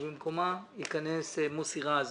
ובמקומה ייכנס לוועדה מוסי רז